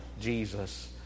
Jesus